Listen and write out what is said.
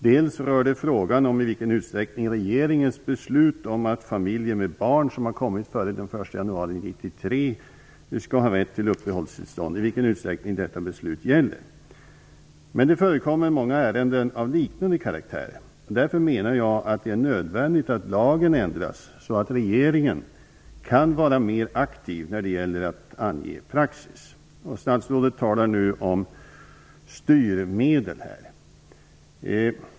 Dels rör det frågan om i vilken utsträckning regeringens beslut gäller att familjer med barn som kommit före den 1 januari Men det förekommer många ärenden av liknande karaktär. Därför menar jag att det är nödvändigt att lagen ändras så att regeringen kan vara mer aktiv när det gäller att ange praxis. Statsrådet talar om styrmedel.